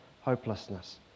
hopelessness